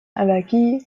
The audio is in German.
allergie